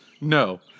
No